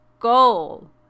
goal